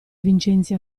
vincenzi